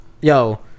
yo